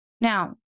Now